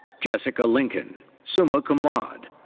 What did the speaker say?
jessica lincoln, summa cum laude.